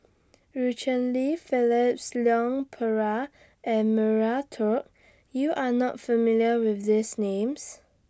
EU Cheng Li Phyllis Leon Perera and Maria Hertogh YOU Are not familiar with These Names